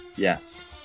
Yes